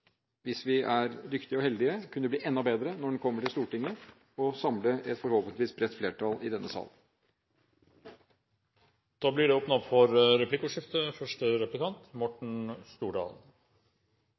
hvis vi er dyktige og heldige, kunne bli enda bedre når den kommer til Stortinget og samle et forhåpentligvis bredt flertall i denne salen. Det blir åpnet for replikkordskifte.